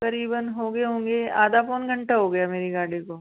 करीबन हो गए होंगे आधा पौन घंटा हो गया मेरी गाड़ी को